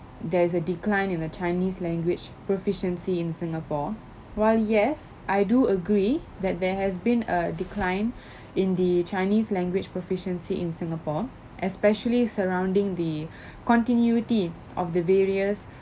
there's a decline in the chinese language proficiency in singapore while yes I do agree that there has been a decline in the chinese language proficiency in singapore especially surrounding the continuity of the various